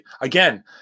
again